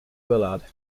bullard